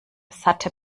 satte